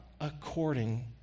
according